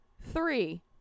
Three